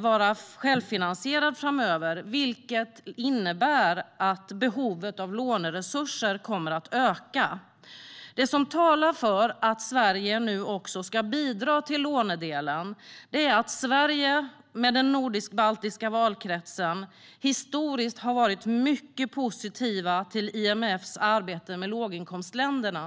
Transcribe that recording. vara självfinansierande framöver, vilket innebär att behovet av låneresurser kommer att öka. Det som talar för att Sverige nu också ska bidra till lånedelen är att Sverige med den nordisk-baltiska valkretsen historiskt har varit mycket positiv till IMF:s arbete med låginkomstländerna.